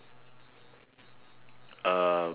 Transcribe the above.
uh